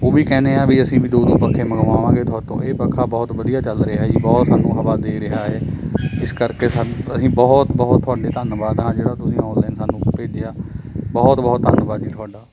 ਉਹ ਵੀ ਕਹਿੰਦੇ ਆ ਵੀ ਅਸੀਂ ਵੀ ਦੋ ਦੋ ਪੱਖੇ ਮੰਗਵਾਵਾਂਗੇ ਥੋਤੋ ਇਹ ਪੱਖਾ ਬਹੁਤ ਵਧੀਆ ਚੱਲ ਰਿਹਾ ਹੈ ਜੀ ਬਹੁਤ ਸਾਨੂੰ ਹਵਾ ਦੇ ਰਿਹਾ ਹੈ ਇਸ ਕਰਕੇ ਸਾਨੂੰ ਅਸੀਂ ਬਹੁਤ ਬਹੁਤ ਥੋਡੇ ਧੰਨਵਾਦ ਹਾਂ ਜਿਹੜਾ ਤੁਸੀਂ ਔਨਲਾਈਨ ਸਾਨੂੰ ਭੇਜਿਆ ਬਹੁਤ ਬਹੁਤ ਧੰਨਵਾਦ ਜੀ ਤੁਹਾਡਾ